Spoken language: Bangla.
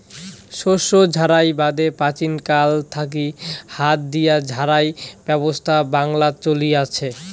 শস্য ঝাড়াই বাদে প্রাচীনকাল থাকি হাত দিয়া ঝাড়াই ব্যবছস্থা বাংলাত চলি আচে